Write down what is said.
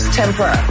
temper